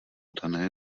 dané